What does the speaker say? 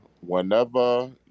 whenever